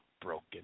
broken